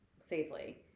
safely